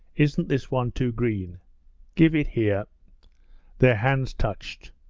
isn't this one too green give it here their hands touched.